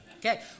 Okay